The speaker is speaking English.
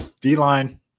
D-line